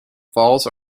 falls